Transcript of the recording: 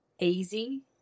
easy